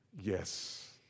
yes